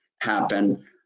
happen